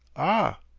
ah!